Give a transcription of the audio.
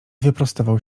wyprostował